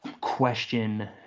question